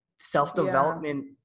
self-development